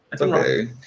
Okay